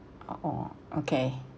orh okay